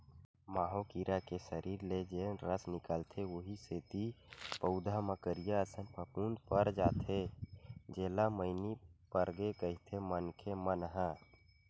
माहो कीरा के सरीर ले जेन रस निकलथे उहीं सेती पउधा म करिया असन फफूंद पर जाथे जेला मइनी परगे कहिथे मनखे मन ह